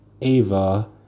Ava